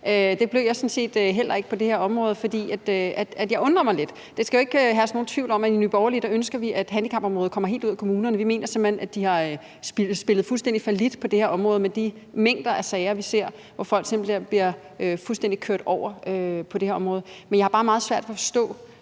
jeg sådan set heller ikke på det her område. For jeg undrer mig lidt. Der skal jo ikke herske nogen tvivl om, at i Nye Borgerlige ønsker vi, at handicapområdet kommer helt ud af kommunerne. Vi mener simpelt hen, at de har spillet fuldstændig fallit på det her område med de mængder af sager, vi ser, hvor folk bliver fuldstændig kørt over. Men jeg har bare meget